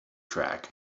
track